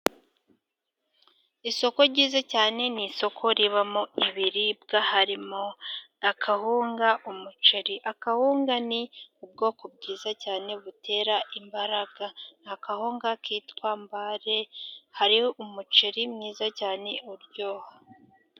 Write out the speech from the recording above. Isoko ryiza cyane ni isoko ribamo ibiribwa harimo akahunga n'umuceri. Akawunga ni ubwoko bwiza cyane butera imbaraga akahunga kitwa mbare hari umuceri mwiza cyane uryoha.